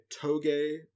toge